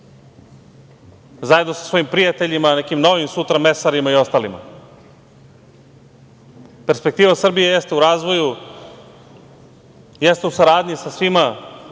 zajedno sa svojim prijateljima, nekim novim sutra mesarima i ostalima. Perspektiva Srbije jeste u razvoju, jeste u saradnji sa svima